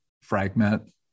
fragment